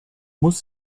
muss